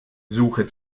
suche